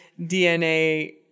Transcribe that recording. DNA